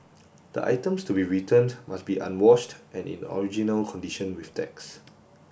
the items to be returned must be unwashed and in original condition with tags